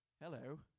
Hello